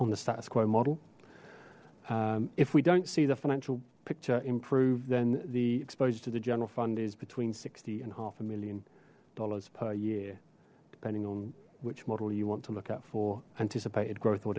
on the status quo model if we don't see the financial picture improved then the exposure to the general fund is between sixty and half a million dollars per year depending on which model you want to look out for anticipated gro